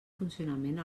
funcionament